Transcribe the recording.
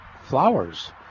flowers